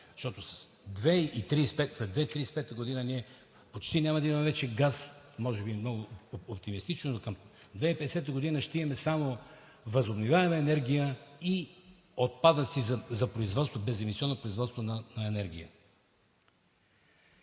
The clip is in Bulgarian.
защото след 2035 г. ние почти няма да имаме вече газ. Може би е много оптимистично, но към 2050 г. ще имаме само възобновяема енергия и отпадъци за беземисионно производство на енергия.